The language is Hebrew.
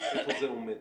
איפה זה עומד?